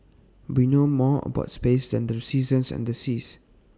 we know more about space than the seasons and the seas